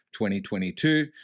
2022